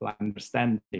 understanding